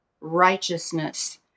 righteousness